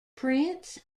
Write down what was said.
prince